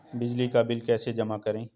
बिजली का बिल कैसे जमा करें?